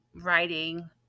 writing